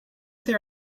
there